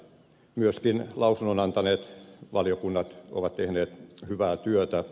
myöskin lausunnon antaneet valiokunnat ovat tehneet hyvää työtä